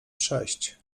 sześć